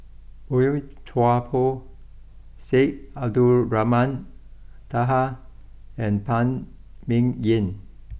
Boey Chuan Poh Syed Abdulrahman Taha and Phan Ming Yen